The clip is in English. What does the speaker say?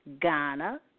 Ghana